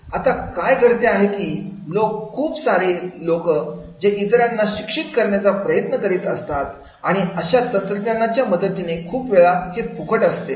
आता काय घडते आहे की लोक खूप सारी लोकं जे इतरांना शिक्षित करण्याचा प्रयत्न करीत असतात आणि अशा तंत्रज्ञानाच्या मदतीने खूप वेळा हे फुकट असते